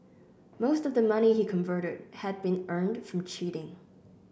most of the money he converted had been earned from cheating